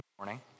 Morning